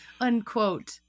unquote